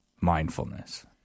mindfulness